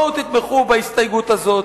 בואו ותתמכו בהסתייגות הזאת.